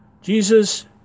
Jesus